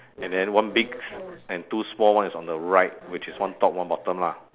and then one big and two small one is on the right which is one top one bottom lah